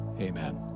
Amen